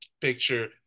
picture